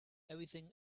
everything